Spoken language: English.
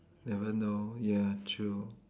never know ya true